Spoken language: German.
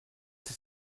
sich